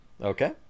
Okay